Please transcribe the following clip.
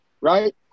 right